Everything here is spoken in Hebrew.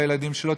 לילדים שלו,